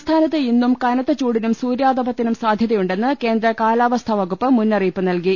സംസ്ഥാനത്ത് ഇന്നും കനത്ത ചൂടിനും സൂര്യാതപത്തിനും സാധ്യ തയുണ്ടെന്ന് കേന്ദ്ര കാലാവസ്ഥാ വകുപ്പ് മുന്നറിയിപ്പ് നൽകി